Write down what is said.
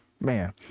man